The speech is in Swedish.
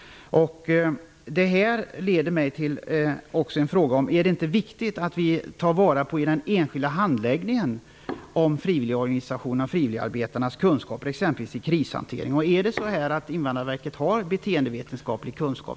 Detta leder mig fram till en fråga: Är det inte viktigt att i handläggningen av enskilda fall ta vara på de kunskaper som de som arbetar i frivilligorganisationerna har? Det kan exempelvis gälla krishantering. Har man på Invandrarverket beteendevetenskaplig kunskap?